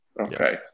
okay